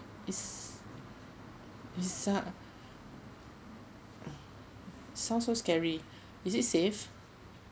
is is sound so scary is it safe